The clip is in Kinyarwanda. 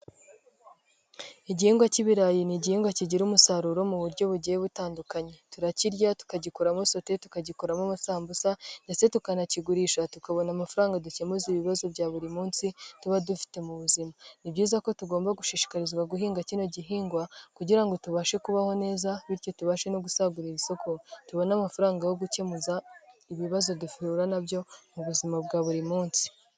Igihingwa cy'ibirayi ni igihingwa kigira umusaruro mu buryo bugiye butandukanye: turakirya, tukagikuramo sote, tukagikoramo amasambusa ndetse tukanakigurisha tukabona amafaranga dukemuza ibibazo bya buri munsi tuba dufite mu buzima; ni byiza ko tugomba gushishikarizwa guhinga kino gihingwa kugira ngo tubashe kubaho neza bityo tubashe no gusagurira isoko, tubona amafaranga yo gukemura ibibazo duhura na byo mu buzima bwa buri munsi.